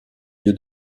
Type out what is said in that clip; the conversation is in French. lieu